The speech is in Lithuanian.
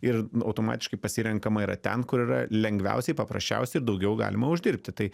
ir automatiškai pasirenkama yra ten kur yra lengviausiai paprasčiausiai ir daugiau galima uždirbti tai